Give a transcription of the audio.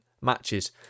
matches